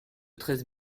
treize